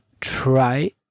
try